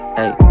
Hey